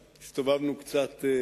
גם שמענו מחבר הכנסת בן-ארי